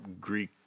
Greek